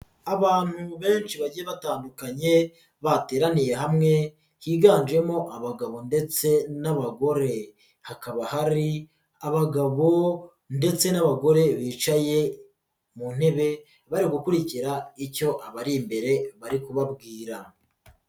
Abantu benshi bagiye batandukanye bateraniye hamwe higanjemo abagabo ndetse n'abagore hakaba hari abagabo ndetse n'abagore bicaye mu ntebe bari gukurikira icyo abari imbere bari kubabwira.